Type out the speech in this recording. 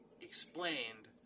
explained